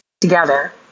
together